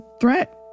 threat